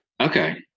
Okay